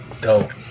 dope